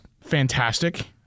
fantastic